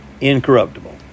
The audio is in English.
incorruptible